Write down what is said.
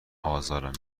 ازارم